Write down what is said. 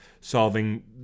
solving